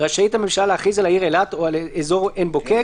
רשאית הממשלה להכריז על העיר אילת או על אזור עין בוקק